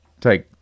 take